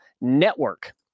network